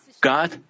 God